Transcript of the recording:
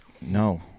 No